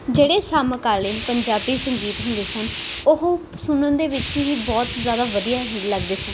ਜਿਹੜੇ ਸਮਕਾਲੀਨ ਪੰਜਾਬੀ ਸੰਗੀਤ ਹੁੰਦੇ ਸਨ ਉਹ ਸੁਣਨ ਦੇ ਵਿੱਚ ਹੀ ਬਹੁਤ ਜ਼ਿਆਦਾ ਵਧੀਆ ਲੱਗਦੇ ਸਨ